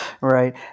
Right